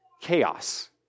Chaos